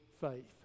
faith